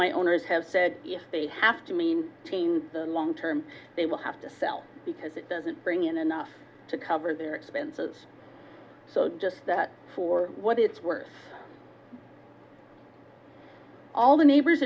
my owners has said if they have to mean the long term they will have to sell because it doesn't bring in enough to cover their expenses so just for what it's worth all the neighbors